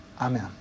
Amen